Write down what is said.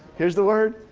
here's the word.